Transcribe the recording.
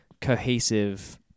cohesive